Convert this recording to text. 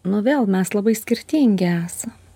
nu vėl mes labai skirtingi esam